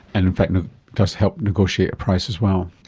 and in fact it does help negotiate a price as well.